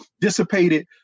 dissipated